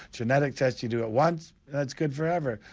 genetic test, you do it once and it's good forever.